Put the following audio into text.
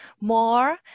more